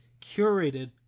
curated